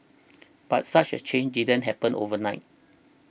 but such a change didn't happen overnight